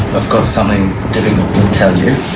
got something to tell you.